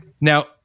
Now